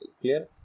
Clear